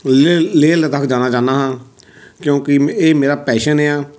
ਲੇਹ ਲੇਹ ਲਦਾਖ ਜਾਣਾ ਚਾਹੁੰਦਾ ਹਾਂ ਕਿਉਂਕਿ ਇਹ ਮੇਰਾ ਪੈਸ਼ਨ ਆ